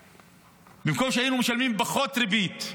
במקום שהיינו משלמים פחות ריבית,